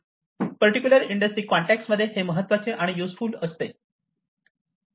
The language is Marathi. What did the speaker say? पर्टिक्युलर इंडस्ट्री कॉन्टेक्सट मध्ये हे महत्त्वाचे आणि युजफुल असते